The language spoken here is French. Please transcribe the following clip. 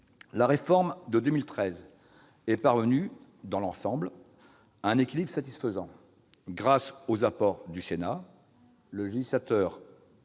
La réforme de 2013 est parvenue, dans l'ensemble, à un équilibre satisfaisant. Grâce aux apports du Sénat, le législateur